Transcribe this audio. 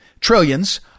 trillions